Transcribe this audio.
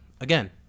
Again